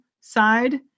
side